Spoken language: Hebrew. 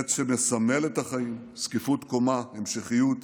עץ שמסמל את החיים, זקיפות קומה, המשכיות,